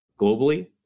globally